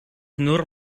nur